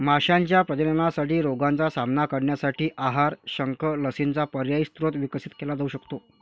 माशांच्या प्रजननासाठी रोगांचा सामना करण्यासाठी आहार, शंख, लसींचा पर्यायी स्रोत विकसित केला जाऊ शकतो